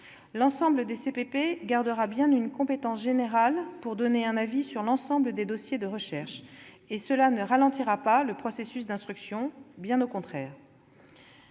L'ensemble des CPP gardera bien une compétence générale pour donner un avis sur l'ensemble des dossiers de recherche. Cela ne ralentira pas les processus d'instruction, bien au contraire.